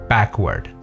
Backward